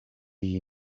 you